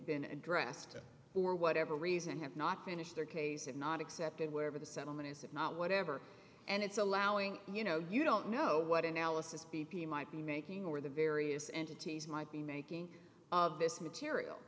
been addressed or whatever reason have not finished their case and not accepted wherever the settlement is if not whatever and it's allowing you know you don't know what analysis b p might be making or the various entities might be making of this material